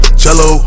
cello